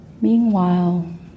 meanwhile